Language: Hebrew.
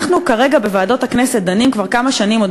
אנחנו דנים כבר כמה שנים בוועדות הכנסת,